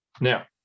now